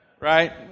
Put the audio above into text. Right